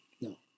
no